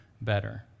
better